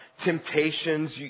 temptations